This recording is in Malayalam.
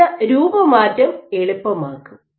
ഇത് രൂപമാറ്റം എളുപ്പമാക്കും